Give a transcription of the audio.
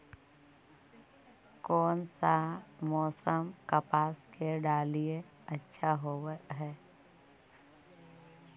कोन सा मोसम कपास के डालीय अच्छा होबहय?